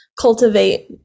cultivate